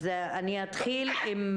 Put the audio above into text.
נרצה לשמוע